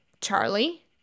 Charlie